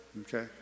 Okay